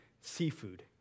seafood